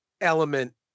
element